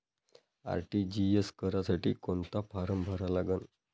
RTGS करासाठी कोंता form भरा लागन?